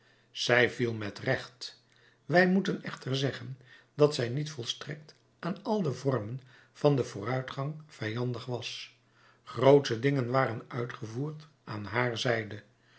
zij viel met recht wij moeten echter zeggen dat zij niet volstrekt aan al de vormen van den vooruitgang vijandig was grootsche dingen waren uitgevoerd aan haar zijde